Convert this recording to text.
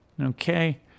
okay